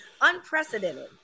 unprecedented